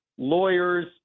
lawyers